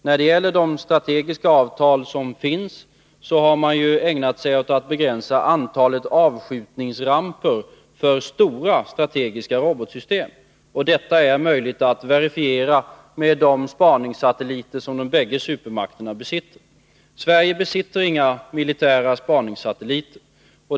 När det gäller de strategiska avtal som finns, har man ägnat sig åt att begränsa antalet avskjutningsramper för stora, strategiska robotsystem. Detta är det möjligt att verifiera med de spaningssatelliter som de båda supermakterna besitter. Sverige har inga militära spaningssatelliter.